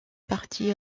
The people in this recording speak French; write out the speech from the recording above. parties